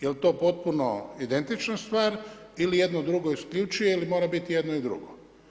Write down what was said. Je li to potpuno identična stvar ili jedno drugo isključuje ili mora biti jedno i drugo.